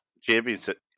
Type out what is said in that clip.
championship